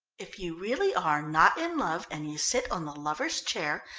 if you really are not in love and you sit on the lovers' chair,